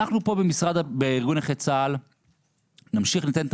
אנחנו פה בארגון נכי צה"ל נמשיך לתת את